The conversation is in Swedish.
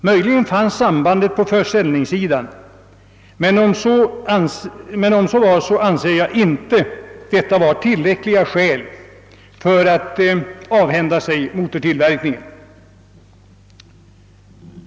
Möjligen fanns sambandet på försäljningssidan, men om så var anser jag inte detta vara tillräckligt skäl för att avhända sig motortillverkningen.